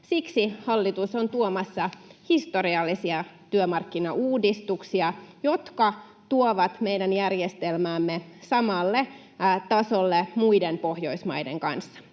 siksi hallitus on tuomassa historiallisia työmarkkinauudistuksia, jotka tuovat meidän järjestelmämme samalle tasolle muiden Pohjoismaiden kanssa.